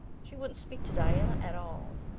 she wouldn't speak to diana at all.